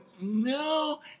no